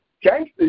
gangster